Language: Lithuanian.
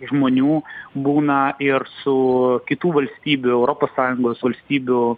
žmonių būna ir su kitų valstybių europos sąjungos valstybių